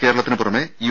കേരളത്തിന് പുറമേ യു